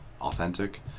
authentic